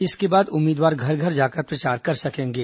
इसके बाद उम्मीदवार घर घर जाकर प्रचार कर सकेंगे